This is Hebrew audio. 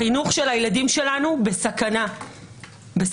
החינוך של הילדים שלנו בסכנה מאוד